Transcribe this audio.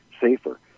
safer